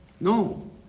No